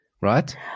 right